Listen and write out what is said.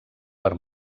per